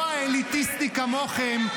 לא האליטיסטי כמוכם,